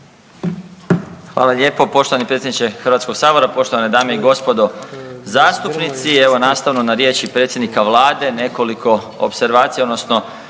Hvala lijepo poštovani predsjedniče Hrvatskog sabora. Poštovane dame i gospodo zastupnici, evo nastavno na riječi predsjednika vlade nekoliko opservacija odnosno